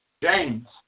James